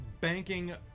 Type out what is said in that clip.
banking